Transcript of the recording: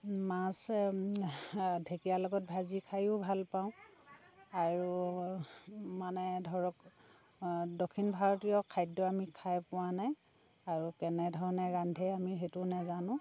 মাছে ঢেকীয়া লগত ভাজি খায়ো ভাল পাওঁ আৰু মানে ধৰক দক্ষিণ ভাৰতীয় খাদ্য আমি খাই পোৱা নাই আৰু কেনে ধৰণে ৰান্ধে আমি সেইটোও নেজানো